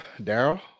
Daryl